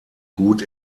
gut